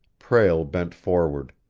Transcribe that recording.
prale bent forward.